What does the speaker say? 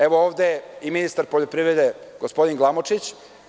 Evo, ovde je i ministar poljoprivrede, gospodin Glamočić.